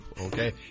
okay